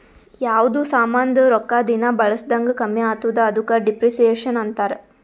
ಯಾವ್ದು ಸಾಮಾಂದ್ ರೊಕ್ಕಾ ದಿನಾ ಬಳುಸ್ದಂಗ್ ಕಮ್ಮಿ ಆತ್ತುದ ಅದುಕ ಡಿಪ್ರಿಸಿಯೇಷನ್ ಅಂತಾರ್